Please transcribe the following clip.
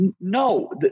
no